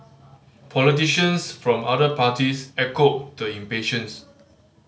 politicians from other parties echoed the impatience